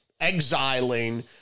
exiling